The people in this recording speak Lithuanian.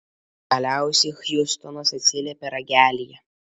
galiausiai hjustonas atsiliepė ragelyje